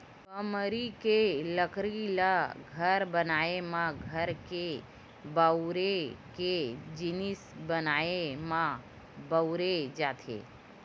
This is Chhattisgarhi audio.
बमरी के लकड़ी ल घर बनाए म, घर के बउरे के जिनिस बनाए म बउरे जाथे